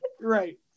right